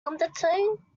undertone